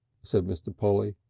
said mr. polly.